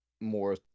more